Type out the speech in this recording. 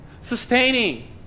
sustaining